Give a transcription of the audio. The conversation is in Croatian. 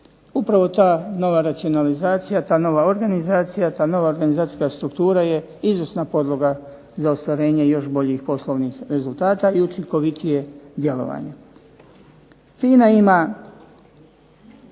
Upravo ta nova racionalizacija, ta nova organizacija, ta nova organizacijska struktura je izvrsna podloga za ostvarenje još boljih poslovnih rezultata i učinkovitije djelovanje. FINA ima